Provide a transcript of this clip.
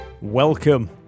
Welcome